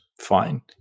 fine